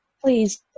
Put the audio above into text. Please